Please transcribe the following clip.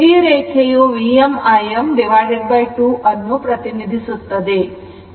ಈ ರೇಖೆಯು Vm Im2 ಯನ್ನು ಪ್ರತಿನಿಧಿಸುತ್ತದೆ